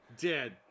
Dead